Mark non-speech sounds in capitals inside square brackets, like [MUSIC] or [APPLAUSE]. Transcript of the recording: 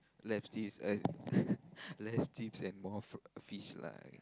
left teas uh [LAUGHS] less tips and more f~ fish lah